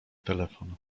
telefon